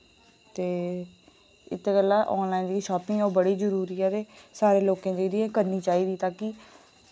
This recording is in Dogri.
ते इत्तै गल्ला आनलाइन जेह्ड़ी शापिंग ऐ ओह् बड़ी जरुरी ऐ ते सारे लोकें जेह्ड़ी ऐ करनी चाहिदी ताकि